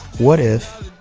what if